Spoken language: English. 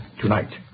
tonight